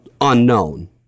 unknown